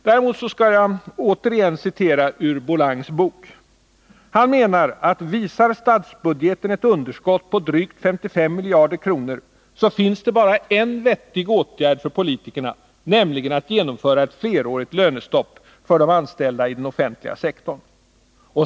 Däremot skall jag återigen citera ur Olle Bolangs bok. Han menar att visar statsbudgeten ett underskott på drygt 55 miljarder kronor, så finns det bara en enda vettig åtgärd för politikerna — nämligen att genomföra ett flerårigt lönestopp för de anställda i den offentliga sektorn.